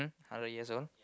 hundred years old